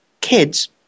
kids